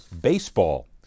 baseball